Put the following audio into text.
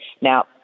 Now